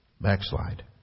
backslide